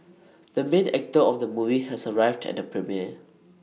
the main actor of the movie has arrived at the premiere